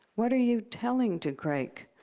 what are you telling to crake,